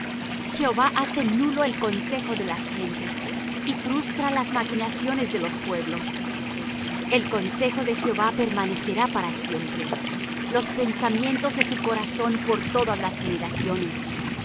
jehová hace nulo el consejo de las gentes y frustra las maquinaciones de los pueblos el consejo de jehová permanecerá para siempre los pensamientos de su corazón por todas las generaciones